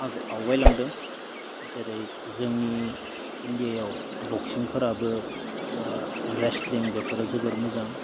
आवगायलांदों जेरै जोंनि इन्डियायाव बक्सिंफोराबो ओ रेस्टलिं बेफोरो जोबोर मोजां